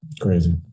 crazy